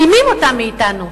אתם מעלימים אותה מאתנו.